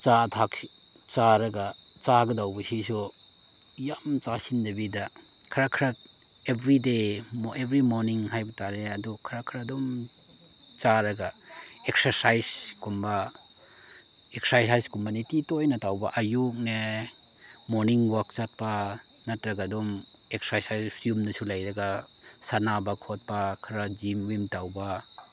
ꯆꯥ ꯊꯛ ꯆꯥꯔꯒ ꯆꯥꯒꯗꯧꯕꯁꯤꯁꯨ ꯌꯥꯝ ꯆꯥꯁꯤꯟꯗꯕꯤꯗ ꯈꯔ ꯈꯔ ꯑꯦꯕ꯭ꯔꯤꯗꯦ ꯑꯦꯕ꯭ꯔꯤ ꯃꯣꯔꯅꯤꯡ ꯍꯥꯏꯕ ꯇꯥꯔꯦ ꯑꯗꯨ ꯈꯔ ꯈꯔ ꯑꯗꯨꯝ ꯆꯥꯔꯒ ꯑꯦꯛꯁꯔꯁꯥꯏꯁꯀꯨꯝꯕ ꯑꯦꯛꯁꯔꯁꯥꯏꯁꯀꯨꯝꯕ ꯅꯤꯡꯇꯤ ꯇꯣꯏꯅ ꯇꯧꯕ ꯑꯌꯨꯛꯅꯦ ꯃꯣꯔꯅꯤꯡ ꯋꯥꯛ ꯆꯠꯄ ꯅꯠꯇ꯭ꯔꯒ ꯑꯗꯨꯝ ꯑꯦꯛꯁꯔꯁꯥꯏꯁ ꯌꯨꯝꯗꯁꯨ ꯂꯩꯔꯒ ꯁꯥꯟꯅꯕ ꯈꯣꯠꯄ ꯈꯔ ꯖꯤꯝ ꯋꯤꯟ ꯇꯧꯕ